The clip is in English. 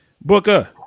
Booker